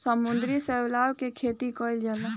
समुद्री शैवाल के खेती कईल जाला